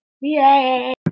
Yay